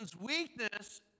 weakness